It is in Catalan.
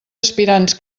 aspirants